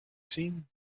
seen